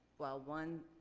while one